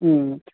ம் ம்